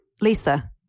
Lisa